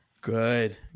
Good